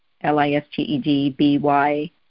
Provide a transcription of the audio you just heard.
L-I-S-T-E-D-B-Y